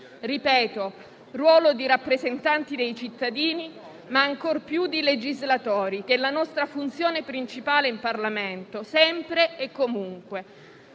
nostro ruolo di rappresentanti dei cittadini, ma ancor più di legislatori (che è la nostra funzione principale in Parlamento, sempre e comunque);